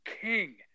king